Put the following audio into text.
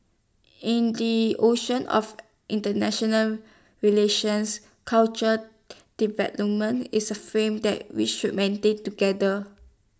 in the ocean of International relations cultural development is A flame that we should maintain together